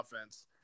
offense